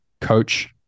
coach